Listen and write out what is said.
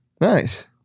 Nice